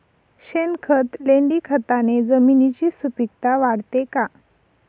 शेणखत, लेंडीखताने जमिनीची सुपिकता वाढते का?